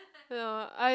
no I